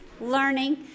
learning